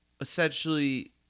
essentially